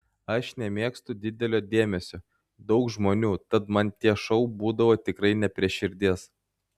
aš nemėgstu didelio dėmesio daug žmonių tad man tie šou būdavo tikrai ne prie širdies